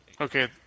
Okay